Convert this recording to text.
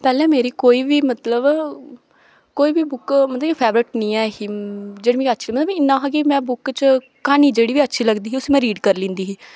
पैह्ले मेरी कोई बी मतलब कोई बी बुक मतलब फेवरट नेईं ही जेह्ड़ी मी अच्छी मतलब इ'न्ना हा कि में बुक च क्हानी जेह्ड़ी बी अच्छी लगदी ही उसी मै रीड करी लैंदी ही